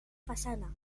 façana